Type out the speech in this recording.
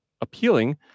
appealing